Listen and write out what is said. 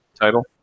title